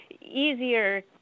easier